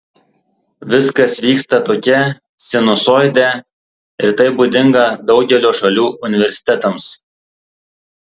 viskas vyksta tokia sinusoide ir tai būdinga daugelio šalių universitetams